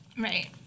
Right